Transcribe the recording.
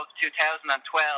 2012